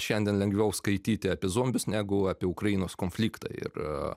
šiandien lengviau skaityti apie zombius negu apie ukrainos konfliktą ir